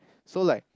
so like